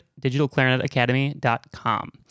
digitalclarinetacademy.com